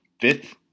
fifth